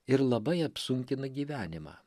ir labai apsunkina gyvenimą